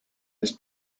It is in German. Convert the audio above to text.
des